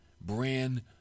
brand